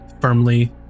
firmly